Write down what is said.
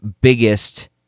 biggest